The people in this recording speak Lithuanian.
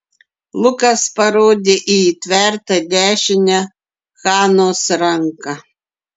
lukas parodė į įtvertą dešinę hanos ranką